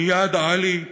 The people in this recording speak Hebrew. ריאד עלי גאנם,